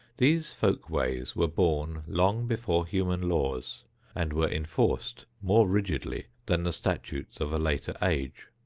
these folk-ways were born long before human laws and were enforced more rigidly than the statutes of a later age.